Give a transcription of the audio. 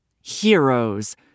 heroes